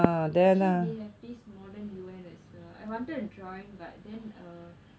actually they have this model U_N also I wanted to join but then uh